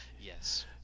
Yes